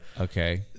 Okay